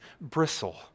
bristle